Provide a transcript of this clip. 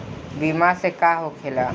बीमा से का होखेला?